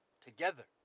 together